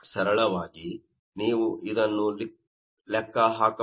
ಸರಳವಾಗಿ ನೀವು ಇದನ್ನು ಲೆಕ್ಕ ಹಾಕಬಹುದು